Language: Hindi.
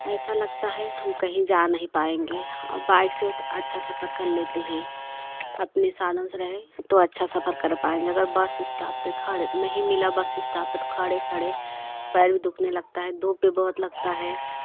ऐसा लगता है हम कहीं जा नहीं पाएँगे अ बाइक से अच्छा सफर कल लेते हैं अपने साधन से रहते हैं तो अच्छा सफर कर पाएँगे अगर बस स्टॉप पर खड़े नहीं मिला बस स्टाप पर तो खड़े खड़े पैर भी दुखने लगता है धूप भी बहुत लगता है